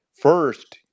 First